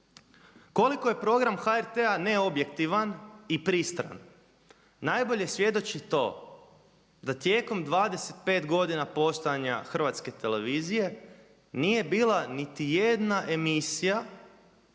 Koliko je program HRT-a neobjektivan i pristran najbolje svjedoči to da tijekom 25 godina postojanja Hrvatske televizije nije bila niti jedna emisija